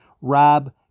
Rob